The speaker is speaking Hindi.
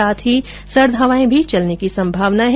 साथ ही सर्द हवाए भी चलने की संभावना है